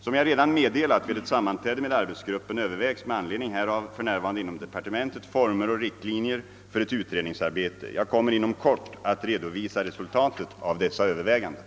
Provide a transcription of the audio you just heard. Som jag redan meddelat vid ett sammanträde med arbetsgruppen Öövervägs med anledning härav för närvarande inom departementet former och riktlinjer för ett utredningsarbete. Jag kommer inom kort att redovisa resultatet av dessa överväganden.